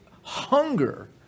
hunger